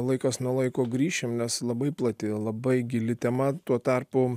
laikas nuo laiko grįšim nes labai plati labai gili tema tuo tarpu